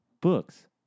books